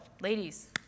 ladies